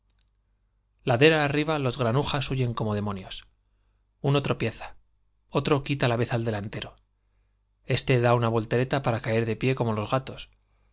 ladera arriba los granujas como demonios huyen uno tropieza otro quita la vez ál delantero éste da una voltereta de los gatos